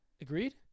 Agreed